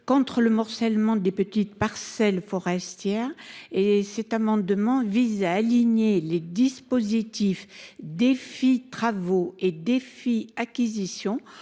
contre le morcellement des petites parcelles forestières, cet amendement vise à aligner les volets « travaux » et « acquisition